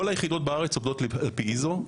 כל היחידות בארץ עובדות על פי Iso,